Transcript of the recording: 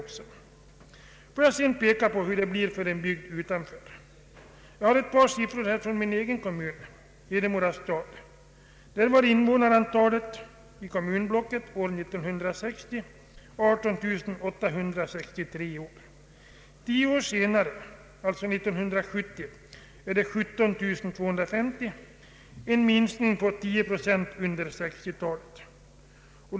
Låt mig sedan peka på hur det blir för en bygd utanför stödområdet. Jag har ett par siffror från min egen kommun, Hedemora stad. 1960 var invånarantalet i kommunblocket 18 863. Tio år senare, alltså 1970, är det 17 250, alltså en minskning med bortåt 9 procent under 1960-talet.